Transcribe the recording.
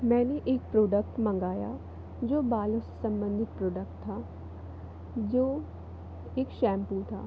मैंने एक प्रोडक्ट मंगाया जो बालों से सम्बंधित प्रोडक्ट था जो एक शैम्पू था